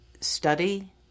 study